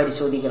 പരിശോധിക്കണം